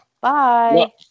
Bye